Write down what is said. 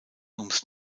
ums